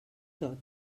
tot